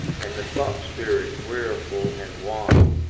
and the thought-spirit, weariful and wan,